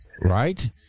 right